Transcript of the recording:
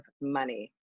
money